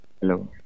Hello